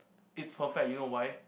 it's perfect you know why